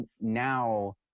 now